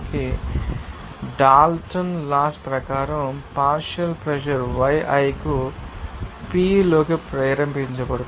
ఇప్పుడు Dalton laws ప్రకారం partial pressure y i కు p లోకి ప్రేరేపించబడుతుంది